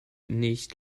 nicht